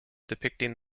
depicting